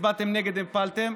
הצבעתם נגד והפלתם,